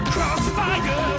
Crossfire